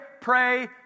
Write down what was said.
pray